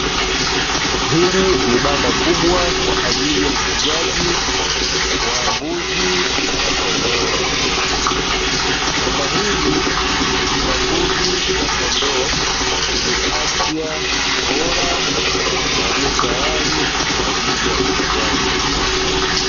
Hili ni banda Kubwa kwa ajili ya ufugaji wa mbuzi na kondoo, banda hili lina mbuzi na kondoo wenye afya bora na walio tayari kwa ajili ya uuzaji.